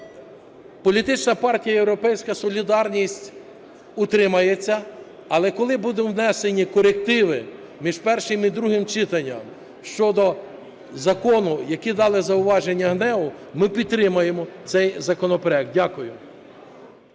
Політична партія "Європейська солідарність" утримається, але коли будуть внесені корективи між першим і другим читанням щодо закону, які дали зауваження ГНЕУ, ми підтримуємо цей законопроект. Дякую.